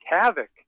havoc